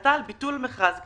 והחלטה על ביטול מכרז כזה,